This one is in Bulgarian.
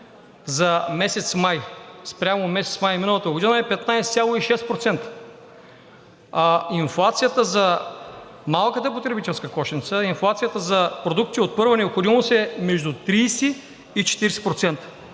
за месец май, спрямо месец май миналата година, е 15,6%, а инфлацията за малката потребителска кошница, инфлацията за продукти от първа необходимост е между 30 и 40%.